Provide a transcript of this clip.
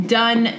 done